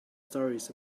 stories